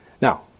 Now